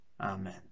Amen